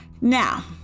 Now